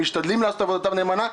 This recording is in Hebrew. משתדלים לעשות עבודתם נאמנה,